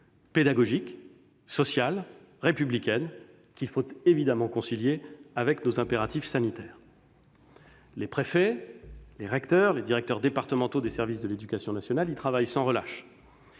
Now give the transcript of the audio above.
pédagogique, sociale, républicaine, qu'il faut évidemment concilier avec nos impératifs sanitaires. Les préfets, les recteurs, les directeurs des services départementaux de l'éducation nationale y travaillent sans relâche.